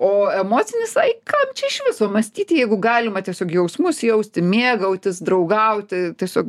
o emocinis ai kamčia iš viso mąstyti jeigu galima tiesiog jausmus jausti mėgautis draugauti tiesiog